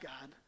God